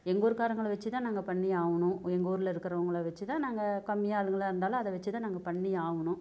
எங்கள் ஊர் காரங்களை வச்சு தான் நாங்கள் பண்ணி ஆவணும் எங்கள் ஊரில் இருக்குறவுங்களை வச்சு தான் நாங்கள் கம்மி ஆளுங்களாக இருந்தாலும் அதை வச்சு தான் நாங்கள் பண்ணி ஆவணும்